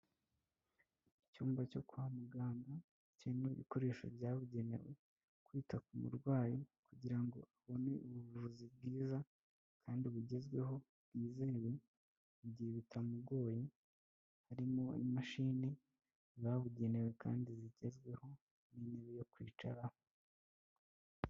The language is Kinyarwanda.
Icyumba cyo kwa muganga kirimo ibikoresho byabugenewe kwita ku murwayi, kugira ngo abone ubuvuzi bwiza kandi bugezweho bwizewe igihe bitamugoye, harimo imashini zabugenewe kandi zigezweho n'intebe yo kwicaraho.